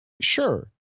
Sure